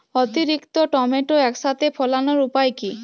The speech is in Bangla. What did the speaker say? অতিরিক্ত টমেটো একসাথে ফলানোর উপায় কী?